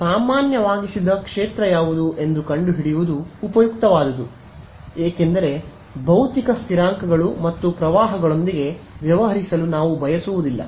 ಆದ್ದರಿಂದ ಸಾಮಾನ್ಯವಾಗಿಸಿದ ಕ್ಷೇತ್ರ ಯಾವುದು ಎಂದು ಕಂಡುಹಿಡಿಯುವುದು ಉಪಯುಕ್ತವಾದುದು ಏಕೆಂದರೆ ಭೌತಿಕ ಸ್ಥಿರಾಂಕಗಳು ಮತ್ತು ಪ್ರವಾಹಗಳೊಂದಿಗೆ ವ್ಯವಹರಿಸಲು ನಾವು ಬಯಸುವುದಿಲ್ಲ